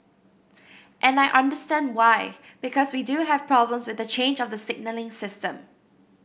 and I understand why because we do have problems with the change of the signalling system